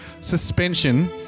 suspension